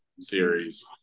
series